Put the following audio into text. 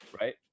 Right